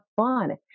fun